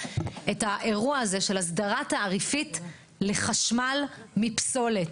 את האירוע הזה של הסדרה תעריפית לחשמל מפסולת.